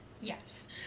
Yes